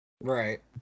Right